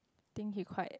think he quite